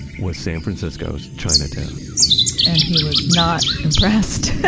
was san francisco's chinatown and he was not impressed